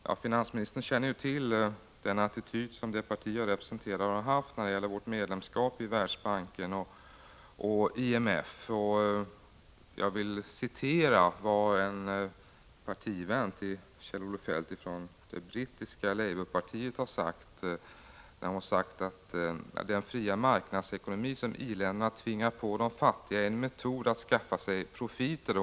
Fru talman! Finansministern känner ju till den attityd som det parti jag representerar har haft när det gäller vårt medlemskap i Världsbanken och IMF. Jag vill här återge vad en partivän till Kjell-Olof Feldt från det brittiska labourpartiet har sagt: Den fria marknadsekonomi som industriländerna tvingar på de fattiga är en metod att skaffa sig profiter.